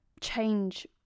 change